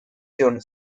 sino